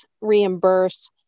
reimburse